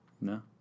No